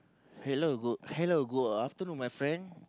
hello good hello good afternoon my friend